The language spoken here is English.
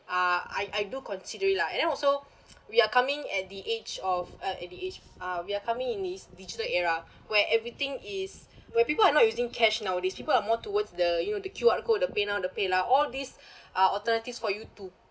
uh I I do consider it lah and then also we are coming at the age of uh at the age uh we are coming in this digital era where everything is where people are not using cash nowadays people are more towards the you know the Q_R code the PayNow the PayLah! all these uh alternatives for you to